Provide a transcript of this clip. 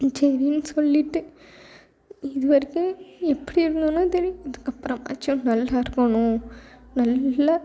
மிச்ச இதையும் சொல்லிட்டு இதுவரைக்கும் எப்படி இருந்தேன்னு தெரியாது இதுக்கப்புறமாச்சும் நல்லாயிருக்கணும் நல்லா